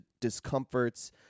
discomforts